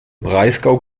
breisgau